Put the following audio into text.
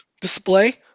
display